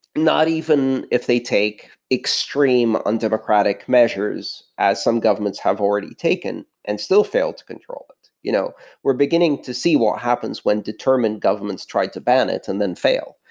not even if they take extreme undemocratic measures as some governments have already taken and still fail to control it. you know we're beginning to see what happens when determined governments tried to ban it and then fail,